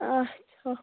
اچھا